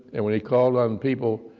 and when he called on people,